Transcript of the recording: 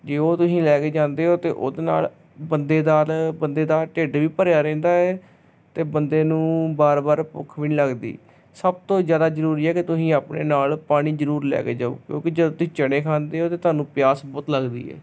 ਜੇ ਉਹ ਤੁਸੀਂ ਲੈ ਕੇ ਜਾਂਦੇ ਹੋ ਤਾਂ ਉਹਦੇ ਨਾਲ ਬੰਦੇਦਾਰ ਬੰਦੇ ਦਾ ਢਿੱਡ ਵੀ ਭਰਿਆ ਰਹਿੰਦਾ ਹੈ ਅਤੇ ਬੰਦੇ ਨੂੰ ਵਾਰ ਵਾਰ ਭੁੱਖ ਵੀ ਨਹੀਂ ਲੱਗਦੀ ਸਭ ਤੋਂ ਜ਼ਿਆਦਾ ਜ਼ਰੂਰੀ ਹੈ ਕਿ ਤੁਸੀਂ ਆਪਣੇ ਨਾਲ ਪਾਣੀ ਜ਼ਰੂਰ ਲੈ ਕੇ ਜਾਓ ਕਿਉਂਕਿ ਜਦੋਂ ਤੁਸੀਂ ਚਨੇ ਖਾਂਦੇ ਹੋ ਤਾਂ ਤੁਹਾਨੂੰ ਪਿਆਸ ਬਹੁਤ ਲੱਗਦੀ ਹੈ